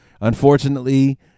unfortunately